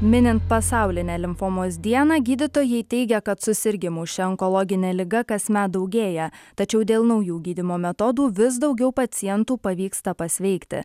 minint pasaulinę limfomos dieną gydytojai teigia kad susirgimų šia onkologine liga kasmet daugėja tačiau dėl naujų gydymo metodų vis daugiau pacientų pavyksta pasveikti